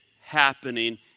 happening